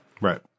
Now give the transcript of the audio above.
Right